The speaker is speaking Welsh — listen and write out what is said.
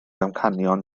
amcanion